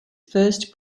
first